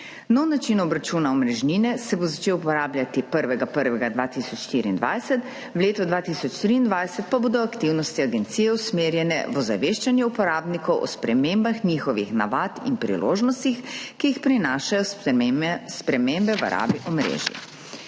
Nov način obračuna omrežnine se bo začel uporabljati 1. 1. 2024. V letu 2023 pa bodo aktivnosti agencije usmerjene v ozaveščanje uporabnikov o spremembah njihovih navad in priložnostih, ki jih prinašajo spremembe v rabi omrežij.